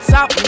Top